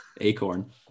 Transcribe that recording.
Acorn